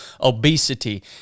obesity